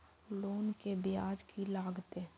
Loan के ब्याज की लागते?